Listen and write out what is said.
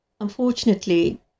Unfortunately